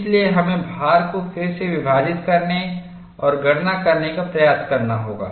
इसलिए हमें भार को फिर से विभाजित करने और गणना करने का प्रयास करना होगा